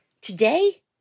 Today